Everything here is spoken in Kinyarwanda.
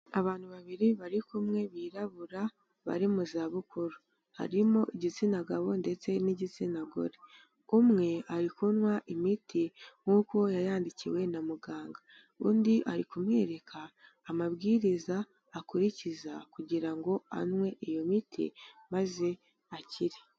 Abantu babiri bari kumwe birabura bari mu zabukuru, harimo igitsina gabo ndetse n'igitsina gore, umwe ari kunywa imiti nkuko yayandikiwe na muganga, undi ari kumwereka amabwiriza akurikiza kugira ngo anywe iyo miti maze akire.